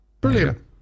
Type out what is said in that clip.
Brilliant